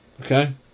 Okay